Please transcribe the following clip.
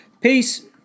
Peace